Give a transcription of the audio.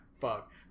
fuck